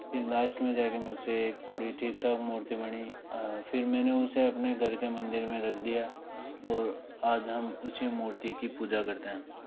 फिर लास्ट में जा के मुझसे एक थोड़ी ठीक ठाक मूर्ति बनी फिर मैंने उसे अपने घर के मंदिर में रख दिया और आज हम उसी मूर्ति की पूजा करते हैं